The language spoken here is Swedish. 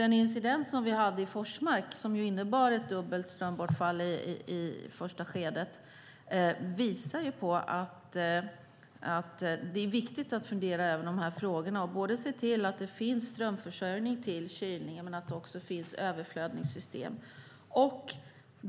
Den incident som vi hade i Forsmark som innebar ett dubbelt strömbortfall i första skedet visar på att det är viktigt att fundera över de här frågorna och se till både att det finns strömförsörjning till kylningen och att det finns överflödningssystem.